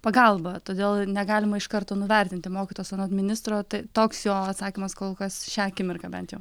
pagalba todėl negalima iš karto nuvertinti mokytos anot ministro tai toks jo atsakymas kol kas šią akimirką bent jau